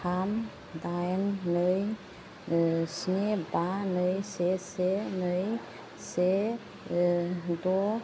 थाम दाइन नै स्नि बा नै से से नै से द'